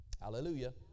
Hallelujah